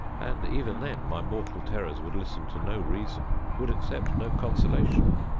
and, even then, my mortal terrors would listen to no reason would accept no consolation.